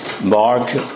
Mark